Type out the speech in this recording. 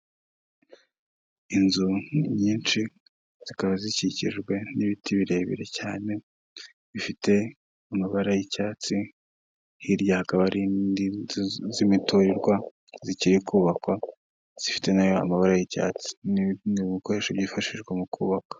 Inzu nyinshi, zikaba zikikijwe n'ibiti birebire cyane, bifite amabara y'icyatsi, hirya hakaba hari indi inzu z'imiturirwa zikiri kubakwa, zifite na ya mabara y'icyatsi, ni ibikoresho byifashishwa mu kubaka.